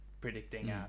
predicting